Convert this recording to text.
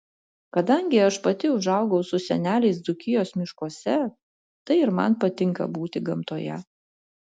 kadangi aš pati užaugau su seneliais dzūkijos miškuose tai ir man patinka būti gamtoje